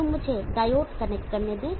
तो मुझे diode connect करने दें